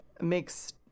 makes